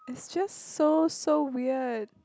is just so so weird